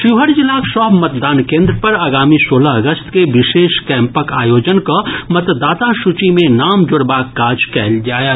शिवहर जिलाक सभ मतदान केन्द्र पर आगामी सोलह अगस्त के विशेष कैंपक आयोजन कऽ मतदाता सूची मे नव नाम जोड़बाक काज कयल जायत